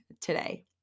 today